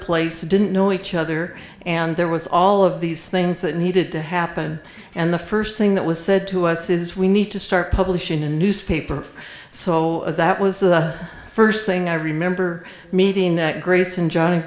place didn't know each other and there was all of these things that needed to happen and the first thing that was said to us is we need to start publishing a newspaper so that was the first thing i remember meeting that grace and johnny